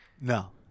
No